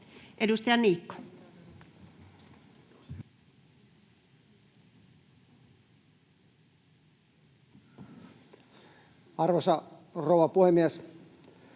Edustaja Purra. Arvoisa rouva puhemies!